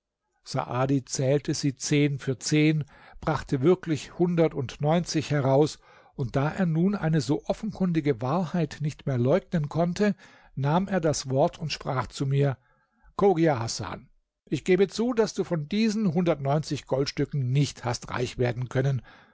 saadi zählte sie zehn für zehn brachte wirklich hundertundneunzig heraus und da er nun eine so offenkundige wahrheit nicht mehr leugnen konnte nahm er das wort und sprach zu mir chogia hasan ich gebe zu daß du von diesen hundertundneunzig goldstücken nicht hast reich werden können